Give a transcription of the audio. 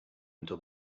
until